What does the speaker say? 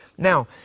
Now